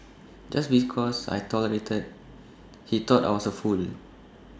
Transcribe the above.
just because I tolerated he thought I was A fool